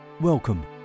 Welcome